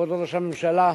כבוד ראש הממשלה,